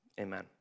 amen